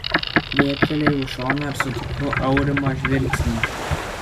dėbtelėjau į šoną ir sutikau aurimo žvilgsnį